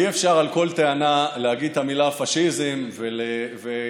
אי-אפשר על כל טענה להגיד את המילים "פשיזם" ו"גזענות",